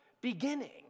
beginning